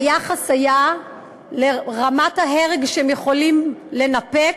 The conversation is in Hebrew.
היחס היה לרמת ההרג שהם יכולים לנפק,